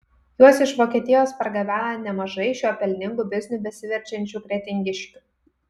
juos iš vokietijos pargabena nemažai šiuo pelningu bizniu besiverčiančių kretingiškių